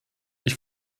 ich